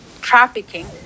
trafficking